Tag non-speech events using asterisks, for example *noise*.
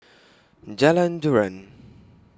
*noise* Jalan Joran